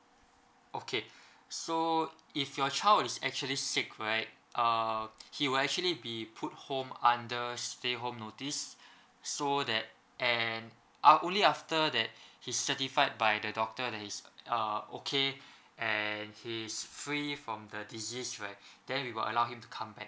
okay so if your child is actually sick right uh he will actually be put home under stay home notice so that and uh only after that he certified by the doctor that he's uh okay and he is free from the disease right then we will allow him to come back